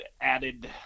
added